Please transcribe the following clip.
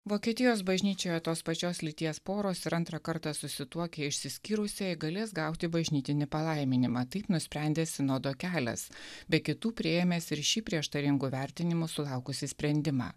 vokietijos bažnyčioje tos pačios lyties poros ir antrą kartą susituokę išsiskyrusieji galės gauti bažnytinį palaiminimą taip nusprendė sinodo kelias be kitų priėmęs ir šį prieštaringų vertinimų sulaukusį sprendimą